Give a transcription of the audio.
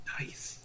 Nice